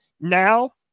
Now